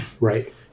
right